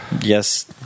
Yes